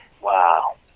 Wow